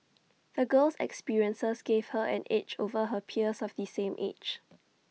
the girl's experiences gave her an edge over her peers of the same age